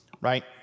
right